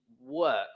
work